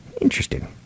Interesting